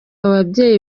ababyeyi